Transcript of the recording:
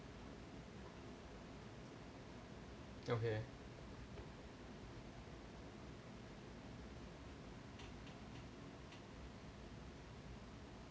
okay